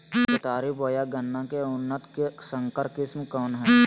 केतारी बोया गन्ना के उन्नत संकर किस्म कौन है?